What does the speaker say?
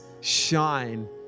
shine